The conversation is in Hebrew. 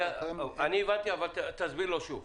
אני הבנתי אבל תסביר לו שוב.